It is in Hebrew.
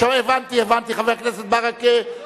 ההתנגדות היא לא, הבנתי, הבנתי, חבר הכנסת ברכה.